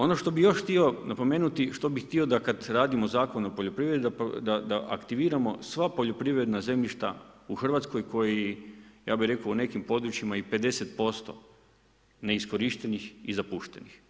Ono što bih još htio napomenuti, što bih htio da kad radimo Zakon o poljoprivredi da aktiviramo sva poljoprivredna zemljišta u Hrvatskoj koji ja bih rekao u nekim područjima i 50% neiskorištenih i zapuštenih.